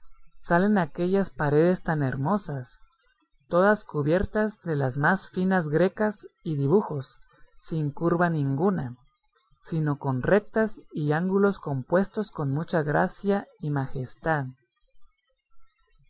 salen aquellas paredes tan hermosas todas cubiertas de las más finas grecas y dibujos sin curva ninguna sino con rectas y ángulos compuestos con mucha gracia y majestad